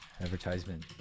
advertisement